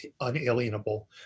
unalienable